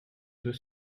deux